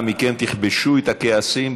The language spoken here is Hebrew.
אנא מכם, תכבשו את הכעסים.